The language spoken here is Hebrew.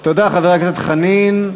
תודה, חבר הכנסת חנין.